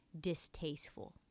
distasteful